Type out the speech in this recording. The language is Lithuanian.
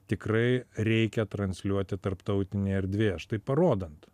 tikrai reikia transliuoti tarptautinėje erdvėje štai parodant